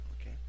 Okay